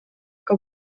que